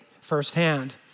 firsthand